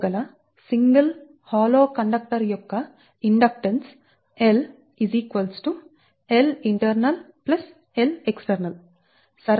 1 kilometre పొడవు గల single హాలోబోలు కండక్టర్ యొక్క ఇండక్టెన్స్ L Lint Lext సరళీకరిస్తే L 0